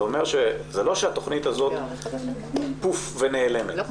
זה לא אומר שהתכנית הזאת 'פוף' ונעלמת.